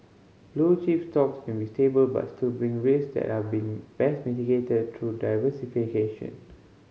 blue chip stocks may be stable but still bring risk that are been best mitigated through diversification